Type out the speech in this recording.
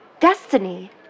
Destiny